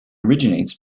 originates